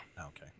Okay